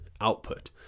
output